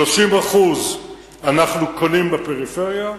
30% אנחנו קונים בפריפריה.